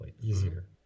easier